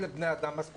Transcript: אבל בינתיים אני פה.